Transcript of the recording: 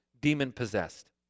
demon-possessed